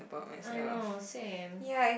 I know same